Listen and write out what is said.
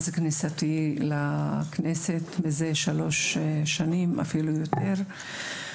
כלומר, מאז כניסתי לכנסת, ואפילו יותר.